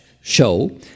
show